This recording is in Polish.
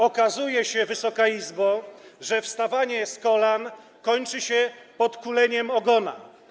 Okazuje się, Wysoka Izbo, że wstawanie z kolan kończy się podkuleniem ogona.